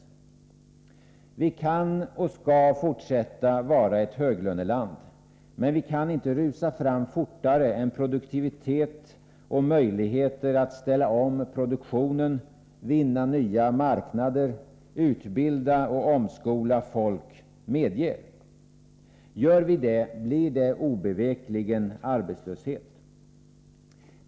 Sverige kan och skall fortsätta att vara ett höglöneland, men vi kan inte rusa fram fortare än produktivitet och möjligheter att ställa om produktionen, vinna nya marknader, utbilda och omskola folk medger. Gör vi det blir det obevekligen arbetslöshet.